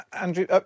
Andrew